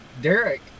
Derek